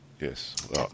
Yes